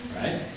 right